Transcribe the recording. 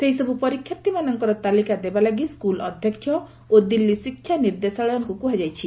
ସେହିସବୁ ପରୀକ୍ଷାର୍ଥୀମାନଙ୍କର ତାଲିକା ଦେବା ଲାଗି ସ୍କୁଲ୍ ଅଧ୍ୟକ୍ଷ ଏବଂ ଦିଲ୍ଲୀ ଶିକ୍ଷା ନିର୍ଦ୍ଦେଶାଳୟଙ୍କୁ କୁହାଯାଇଛି